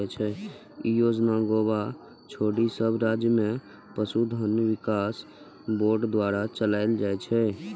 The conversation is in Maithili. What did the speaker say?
ई योजना गोवा छोड़ि सब राज्य मे पशुधन विकास बोर्ड द्वारा चलाएल जाइ छै